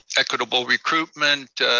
equitable recruitment,